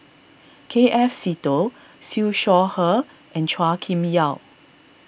K F Seetoh Siew Shaw Her and Chua Kim Yeow